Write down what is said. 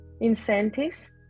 incentives